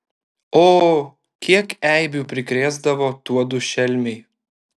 o kiek eibių prikrėsdavo tuodu šelmiai